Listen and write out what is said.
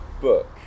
book